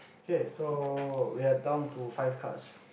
kay so we are down to five cards